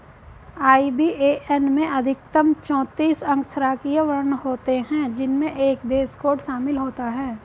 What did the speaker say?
IBAN में अधिकतम चौतीस अक्षरांकीय वर्ण होते हैं जिनमें एक देश कोड शामिल होता है